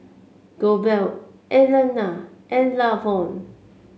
Goebel Alannah and Lavon